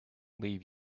leave